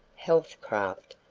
health-craft,